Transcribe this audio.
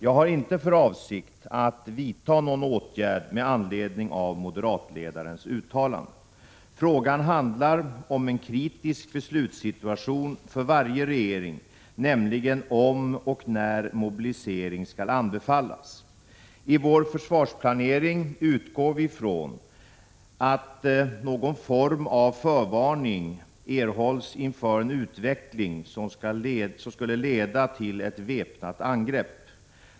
Jag har inte för avsikt att vidta någon åtgärd med anledning av moderatledarens uttalande. Frågan handlar om en kritisk beslutssituation för varje regering, nämligen om och när mobilisering skall anbefallas. I vår försvarsplanering utgår vi från att någon form av förvarning erhålls inför en utveckling som skulle leda till ett väpnat angrepp.